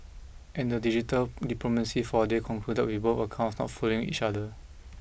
and the digital diplomacy for a day concluded with both accounts not following each other